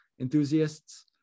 enthusiasts